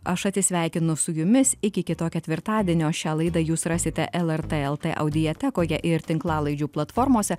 aš atsisveikinu su jumis iki kito ketvirtadienio šią laidą jūs rasite lrt el t audiotekoje ir tinklalaidžių platformose